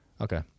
Okay